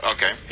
Okay